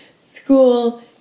school